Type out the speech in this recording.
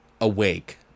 awake